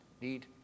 need